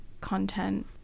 content